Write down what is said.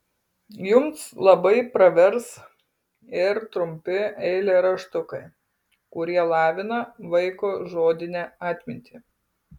jums labai pravers ir trumpi eilėraštukai kurie lavina vaiko žodinę atmintį